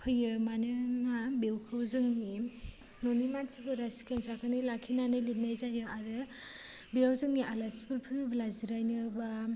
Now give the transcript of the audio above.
फैयो मानोहोनना बेखौ जोंनि न'नि मानसिफोरा सिखोन साखोनै लाखिनानै लिरनाय जायो आरो बेयाव जोंनि आलासिफोर फैयोब्ला जिरायनो बा